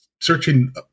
searching